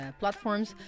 platforms